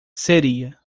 seria